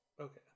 Okay